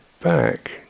back